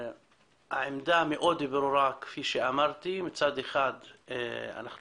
העמדה מאוד ברורה כפי שאמרתי: מצד אחד אנחנו